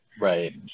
right